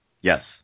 Yes